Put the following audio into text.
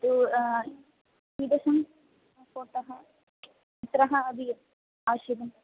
तु कीदृशं फोटः कुत्र अपि आवश्यकम्